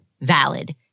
valid